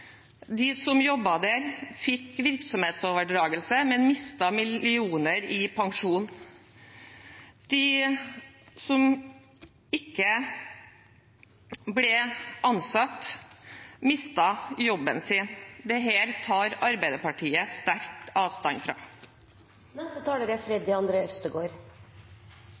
De som jobbet der, fikk virksomhetsoverdragelse, men mistet millioner i pensjon. De som ikke ble ansatt, mistet jobben sin. Dette tar Arbeiderpartiet sterkt avstand